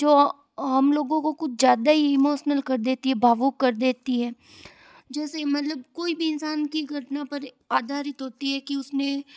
जो हम लोगों को कुछ ज़्यादा ही इमोशनल कर देती है भावुक कर देती है जैसी मतलब कोई भी इंसान की घटना पर आधारित होती है कि उसने